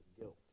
guilt